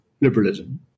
liberalism